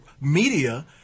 media